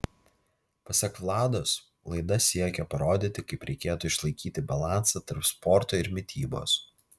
pasak vlados laida siekia parodyti kaip reikėtų išlaikyti balansą tarp sporto ir mitybos